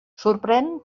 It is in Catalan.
sorprèn